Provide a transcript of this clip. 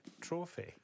trophy